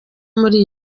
muri